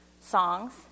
songs